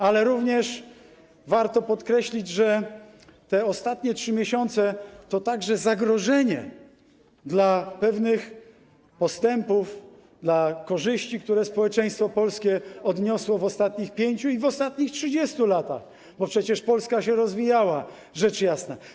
Ale warto również podkreślić, że te ostatnie 3 miesiące to także zagrożenie dla pewnych postępów, dla korzyści, które społeczeństwo polskie odniosło w ostatnich 5 i w ostatnich 30 latach, bo przecież Polska się rozwijała, rzecz jasna.